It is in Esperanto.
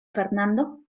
fernando